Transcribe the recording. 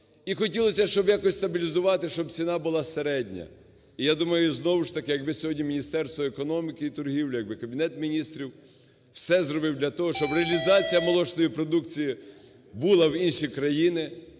І хотілося б, щоб якось стабілізувати, щоб ціна була середня. І я думаю, знову ж таки, якби сьогодні Міністерство економіки і торгівлі, якби Кабінет Міністрів все зробив для того, щоб реалізація молочної продукції була в інші країни.